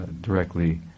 directly